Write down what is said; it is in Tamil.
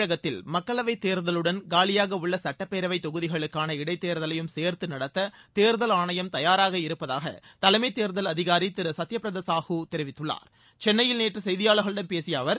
தமிழகத்தில் மக்களவைத் தேர்தலுடன் காலியாக உள்ள சட்டப்பேரவைத் தொகுதிகளுக்கான இடைத் தேர்தலையும் சேர்த்து நடத்த தேர்தல் ஆணையம் தயாராக இருப்பதாக தலைமத் தேர்தல் அதிகாரி திரு சத்யபிரத சாஹு தெரிவித்துள்ளார் சென்னையில் நேற்று செய்தியாளர்களிடம் பேசிய அவர்